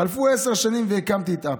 חלפו עשר שנים והקמתי את אפל,